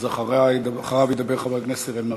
אז אחריו ידבר חבר הכנסת אראל מרגלית.